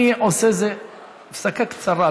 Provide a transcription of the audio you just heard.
היו"ר יצחק וקנין: אני עושה איזו הפסקה קצרה.